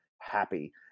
happy